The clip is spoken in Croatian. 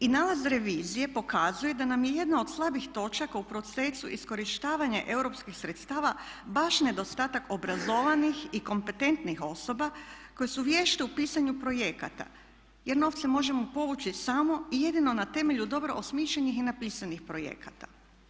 I nalaz revizije pokazuje da nam je jedna od slabih točaka u procesu iskorištavanja europskih sredstava baš nedostatak obrazovanih i kompetentnih osoba koje su vješte u pisanju projekata jer novce možemo povući samo i jedino na temelju dobro osmišljenih i napisanih projekata.